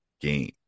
game